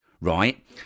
Right